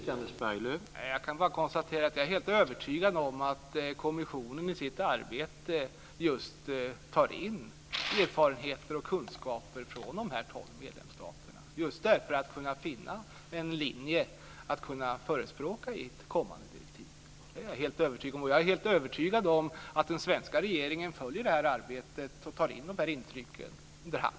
Herr talman! Jag kan bara konstatera att jag är helt övertygad om att kommissionen i sitt arbete just tar in erfarenheter och kunskaper från de tolv medlemsstaterna för att kunna finna en linje att förespråka i ett kommande direktiv. Det är jag helt övertygad om, och jag är också helt övertygad om att den svenska regeringen följer det här arbetet och tar in de här intrycken under hand.